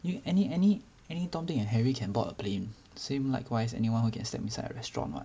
you any any any tom dick and harry can board a plane same likewise anyone who can step inside a restaurant